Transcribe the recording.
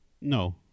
No